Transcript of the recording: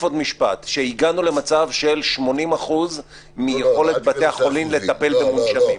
שהגענו למצב של 80% מיכולת בתי החולים לטפל במונשמים.